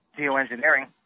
geoengineering